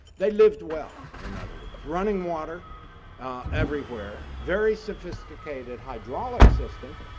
they lived well in other words. running water everywhere, very sophisticated hydraulic systems,